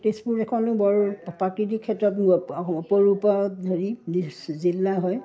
তেজপুৰ এখনো বৰ প্ৰাকৃতিক ক্ষেত্ৰত অপৰূপা হেৰি জিলা হয়